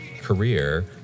career